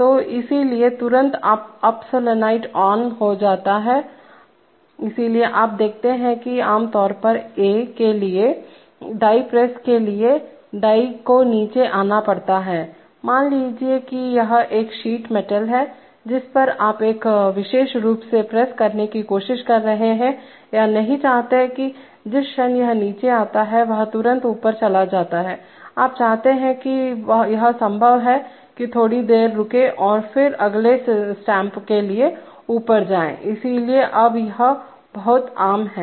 तो इसलिए तुरंत अप सॉलोनॉयड ऑन हो जाता है इसलिए आप देखते हैं कि आम तौर पर a के लिए डाई प्रेस के लिए डाई को नीचे आना पड़ता है मान लीजिए कि यह एक शीट मेटल है जिस पर आप एक विशेष रूप में प्रेस करने की कोशिश कर रहे हैं यह नहीं चाहते कि जिस क्षण यह नीचे आता है वह तुरंत ऊपर चला जाता है आप चाहते हैं कि यह संभव है कि थोड़ी देर रुकें और फिर अगले स्टाम्प के लिए ऊपर जाएं इसलिए अब यह बहुत आम है